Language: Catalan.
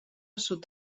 sud